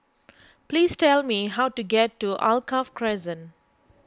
please tell me how to get to Alkaff Crescent